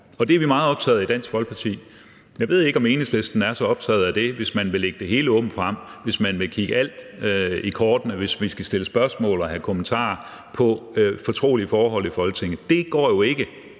Det er vi meget optaget af i Dansk Folkeparti. Jeg ved ikke, om Enhedslisten er så optaget af det, siden man vil lægge det hele åbent frem; hvis man vil kigge alle i kortene; hvis vi i Folketinget skal stille spørgsmål og have kommentarer om fortrolige forhold. Det går jo ikke,